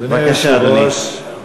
אדוני היושב-ראש,